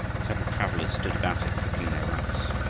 several travelers stood about it cooking their rice.